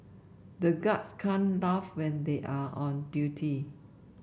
the guards can't laugh when they are on duty